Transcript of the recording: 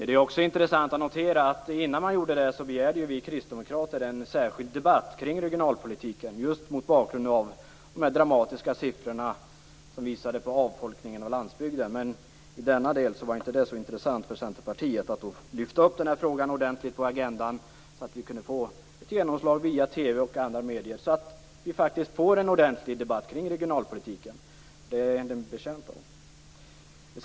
Det är också intressant att notera att innan man gjorde det begärde vi kristdemokrater en särskild debatt kring regionalpolitiken just mot bakgrund av de dramatiska siffror som visade på avfolkningen av landsbygden. Men i denna del var det inte så intressant för Centerpartiet att lyfta fram den frågan på agendan så att vi kunde få ett genomslag via TV och andra medier så att vi faktiskt kunde få en ordentlig debatt om regionalpolitiken, det är den betjänt av.